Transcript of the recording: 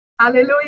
Hallelujah